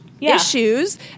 issues